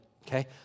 okay